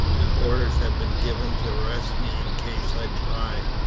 and orders have been given to arrest me in case i try.